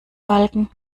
balken